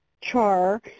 char